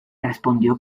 respondió